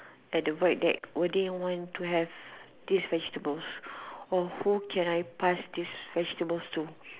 at the void deck will they want to have this vegetables or who can I pass these vegetables to